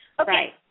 Okay